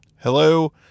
Hello